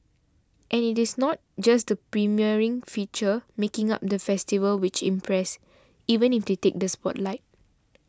and it is not just the premiering features making up the festival which impress even if they take the spotlight